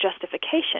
justification